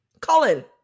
Colin